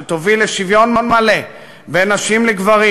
שתוביל לשוויון מלא בין נשים לגברים,